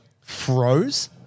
froze